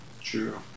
true